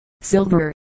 silver